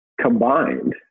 combined